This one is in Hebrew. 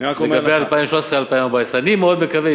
לגבי 2014-2013. אני מאוד מקווה,